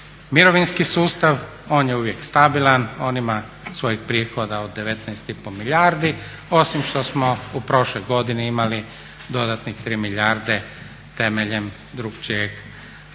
mirovinski sustav, on je uvijek stabilan, on ima svojih prihoda od 19, 5 milijardi, osim smo su prošloj godini imali dodatnih 3 milijarde temeljem drukčijeg rješenja